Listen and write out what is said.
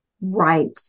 right